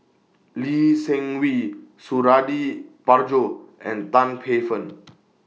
Lee Seng Wee Suradi Parjo and Tan Paey Fern